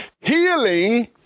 Healing